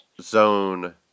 zone